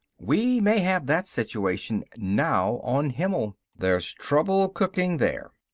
we may have that situation now on himmel. there's trouble cooking there.